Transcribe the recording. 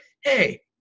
hey